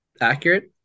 accurate